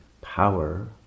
power